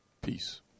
Peace